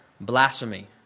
blasphemy